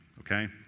okay